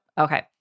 Okay